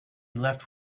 left